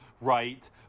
right